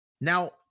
Now